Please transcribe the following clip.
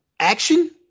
action